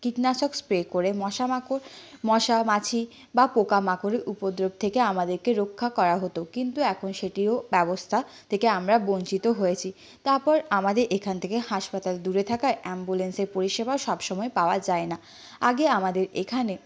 কীটনাশক স্প্রে করে মশা মাকড় মশা মাছি বা পোকা মাকড়ের উপদ্রব থেকে আমাদেরকে রক্ষা করা হতো কিন্তু এখন সেটিরও ব্যবস্থা থেকে আমরা বঞ্চিত হয়েছি তারপর আমাদের এখান থেকে হাসপাতাল দূরে থাকায় অ্যাম্বুলেন্সের পরিষেবাও সবসময় পাওয়া যায় না আগে আমাদের এখানে